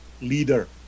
leader